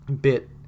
bit